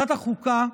ועדת החוקה,